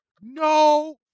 No